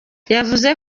yavuze